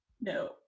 No